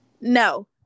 No